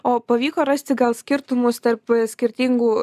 o pavyko rasti gal skirtumus tarp skirtingų